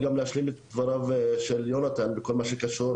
וגם להשלים את דבריו של יונתן בכל מה שקשור